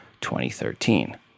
2013